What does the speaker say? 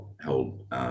held